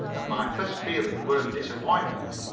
and my first feelings were of disappointment.